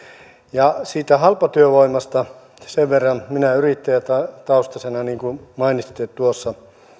ja siitä halpatyövoimasta minä yrittäjätaustaisena niin kuin mainitsitte tuossa